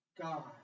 God